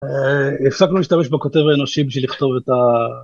הפסקנו להשתמש בכותב האנושים בשביל לכתוב את ה...